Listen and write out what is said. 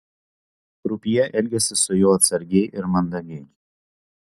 krupjė elgėsi su juo atsargiai ir mandagiai